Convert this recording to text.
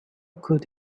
could